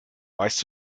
weißt